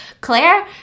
claire